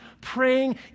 praying